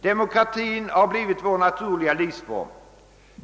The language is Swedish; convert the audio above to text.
Demokratin har blivit vår naturliga livsform.